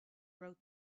wrote